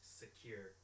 secure